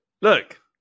look